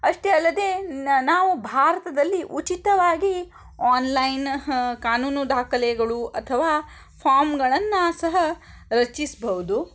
ಅಷ್ಟೇ ಅಲ್ಲದೇ ನಾವು ಭಾರತದಲ್ಲಿ ಉಚಿತವಾಗಿ ಆನ್ಲೈನ್ ಕಾನೂನು ದಾಖಲೆಗಳು ಅಥವಾ ಫಾರ್ಮ್ಗಳನ್ನು ಸಹ ರಚಿಸಬಹುದು